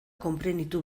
konprenitu